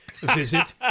visit